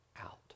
out